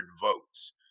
votes